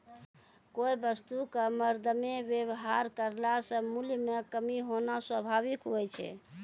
कोय वस्तु क मरदमे वेवहार करला से मूल्य म कमी होना स्वाभाविक हुवै छै